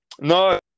No